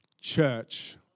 Church